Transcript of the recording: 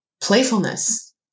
playfulness